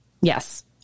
Yes